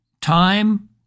time